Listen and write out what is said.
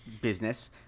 business